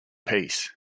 peace